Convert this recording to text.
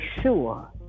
sure